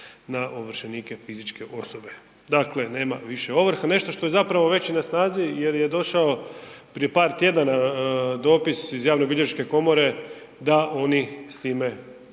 na ovršenike fizičke osobe, dakle nema više ovrha, nešto što je zapravo već i na snazi jer je došao prije par tjedana dopis iz Javnobilježničke komore da oni s time